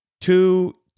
two